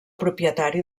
propietari